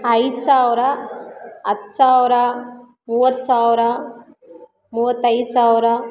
ಐದು ಸಾವಿರ ಹತ್ತು ಸಾವಿರ ಮೂವತ್ತು ಸಾವಿರ ಮೂವತ್ತೈದು ಸಾವಿರ